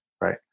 Right